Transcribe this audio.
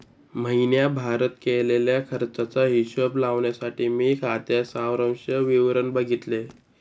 महीण्याभारत केलेल्या खर्चाचा हिशोब लावण्यासाठी मी खात्याच सारांश विवरण बघितले